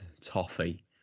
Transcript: toffee